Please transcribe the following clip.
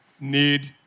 need